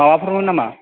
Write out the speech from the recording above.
माबाफोरमोन नामा